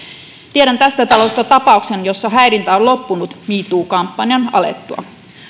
tiedän tästä talosta tapauksen jossa häirintä on loppunut me too kampanjan alettua